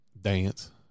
dance